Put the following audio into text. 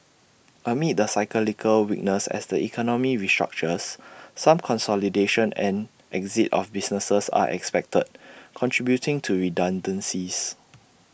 amid the cyclical weakness as the economy restructures some consolidation and exit of businesses are expected contributing to redundancies